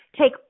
Take